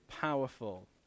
powerful